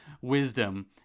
wisdom